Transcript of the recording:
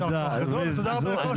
תודה רבה.